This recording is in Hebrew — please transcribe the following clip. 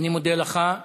אני מודה לך.